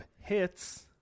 hits